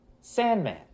Sandman